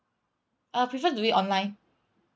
uh prefer to do it online